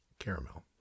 Caramel